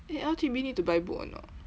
eh L_T_B need to buy book or not